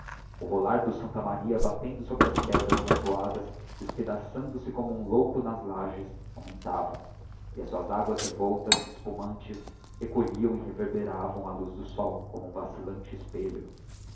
o rolar do santa maria batendo sobre pedras amontoadas despedaçando se como um louco nas lages augmentaaa e as suas aguas revoltas espumantes recolhiam e reverberavam a luz do sol como um vacillante espelho